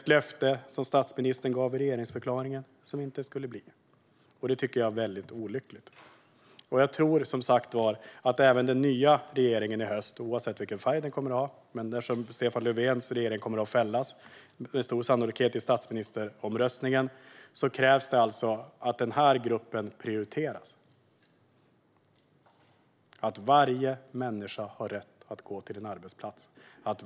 Det löfte som statsministern gav i regeringsförklaringen skulle inte bli verklighet. Det tycker jag är väldigt olyckligt. Jag tror som sagt att även den nya regeringen i höst - Stefan Löfvens regeringen kommer med stor sannolikhet att fällas i statsministeromröstningen - oavsett färg kommer att behöva prioritera den här gruppen. Varje människa har rätt att gå till en arbetsplats.